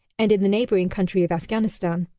and in the neighboring country of afghanistan.